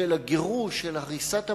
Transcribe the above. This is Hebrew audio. של הגירוש, של הריסת הבתים.